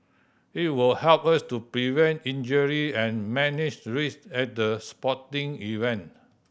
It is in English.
it will help us to prevent injury and manage risks at the sporting event